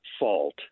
fault